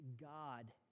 God